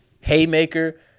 haymaker